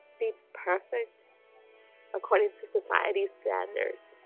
be perfect according to society standards